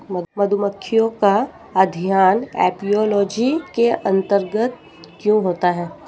मधुमक्खियों का अध्ययन एपियोलॉजी के अंतर्गत क्यों होता है?